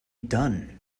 done